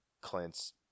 Clint's